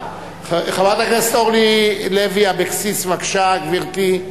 חברת הכנסת אורלי לוי אבקסיס, בבקשה, גברתי.